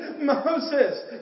Moses